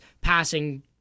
passing